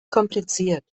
kompliziert